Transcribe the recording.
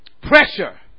Pressure